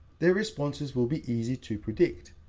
their responses will be easy to predict.